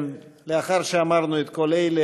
לאחר שאמרנו את כל אלה,